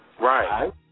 Right